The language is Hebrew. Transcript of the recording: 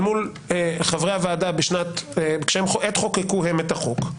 מול חברי הוועדה עת חוקקו הם את החוק,